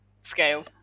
scale